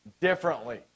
differently